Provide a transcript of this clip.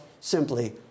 simply